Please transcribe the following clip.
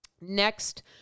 next